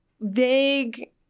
vague